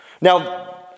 Now